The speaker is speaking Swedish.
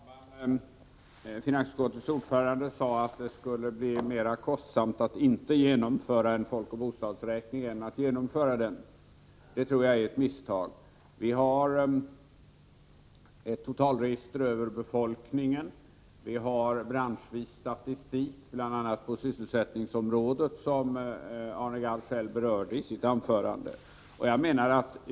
Herr talman! Finansutskottets ordförande sade att det skulle bli mera kostsamt att inte genomföra en folkoch bostadsräkning än att genomföra den. Jag tror att det är ett misstag. Vi har ett totalregister över befolkningen, och vi har branschvis statistik, bl.a. på sysselsättningsområdet, vilket Arne Gadd själv berörde i sitt anförande.